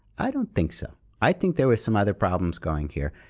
i don't think so. i think there was some other problems going here.